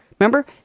Remember